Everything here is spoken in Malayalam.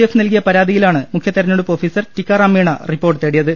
എഫ് നൽകിയ പരാതിയിലാണ് മുഖ്യ തെരഞ്ഞെടുപ്പ് ഓഫീസർ ടിക്കാറാം മീണ റിപ്പോർട്ട് തേടിയത്